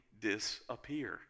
disappear